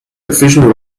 efficient